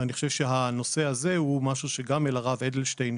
ואני חושב שהנושא הזה הוא משהו שנוגע גם אל הרב אדלשטיין,